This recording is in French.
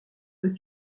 veux